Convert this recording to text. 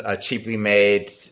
cheaply-made